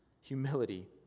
humility